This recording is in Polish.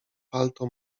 palto